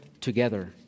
together